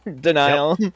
Denial